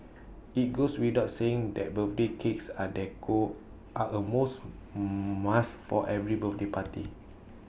IT goes without saying that birthday cakes and decor are A most must for every birthday party